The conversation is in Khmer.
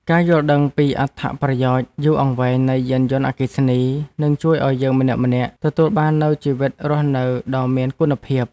ការយល់ដឹងពីអត្ថប្រយោជន៍យូរអង្វែងនៃយានយន្តអគ្គិសនីនឹងជួយឱ្យយើងម្នាក់ៗទទួលបាននូវជីវិតរស់នៅដ៏មានគុណភាព។